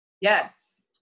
Yes